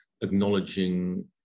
acknowledging